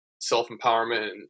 self-empowerment